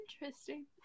Interesting